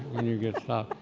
and you get stuck.